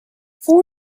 four